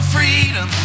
freedom